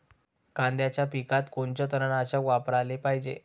कांद्याच्या पिकात कोनचं तननाशक वापराले पायजे?